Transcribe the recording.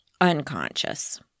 unconscious